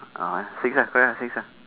ah why six ah correct six ah